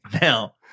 Now